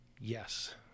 Yes